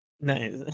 Nice